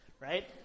right